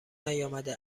نیامده